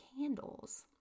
candles